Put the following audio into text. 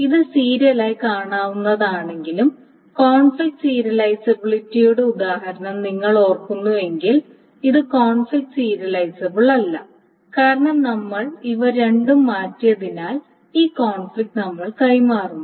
ഇത് സീരിയലായി കാണാവുന്നതാണെങ്കിലും കോൺഫ്ലിക്റ്റ് സീരിയലൈസബിലിറ്റിയുടെ ഉദാഹരണം നിങ്ങൾ ഓർക്കുന്നുവെങ്കിൽ ഇത് കോൺഫ്ലിക്റ്റ് സീരിയലൈസബിൾ അല്ല കാരണം നമ്മൾ ഇവ രണ്ടും മാറ്റിയതിനാൽ ഈ കോൺഫ്ലിക്റ്റ് നമ്മൾ കൈമാറുന്നു